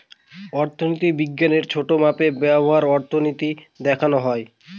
অর্থনীতি বিজ্ঞানের ছোটো মাপে ব্যবহার অর্থনীতি দেখানো হয়